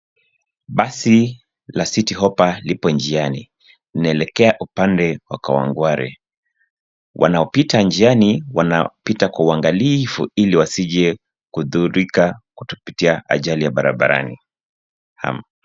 Basi la citi hoppa lipo njiani linaelekea upande wa Kawangware. Wanaopita njiani wanapita kwa uangalifu ili wasije kudhuhurika kutopitia ajali ya barabarani.